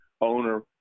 owner